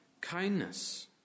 kindness